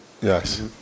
Yes